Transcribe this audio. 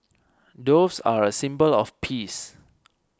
doves are a symbol of peace